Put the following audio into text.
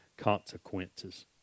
consequences